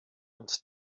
und